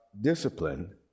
discipline